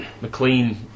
McLean